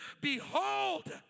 behold